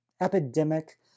epidemic